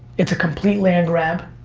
it's a complete land grab,